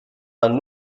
man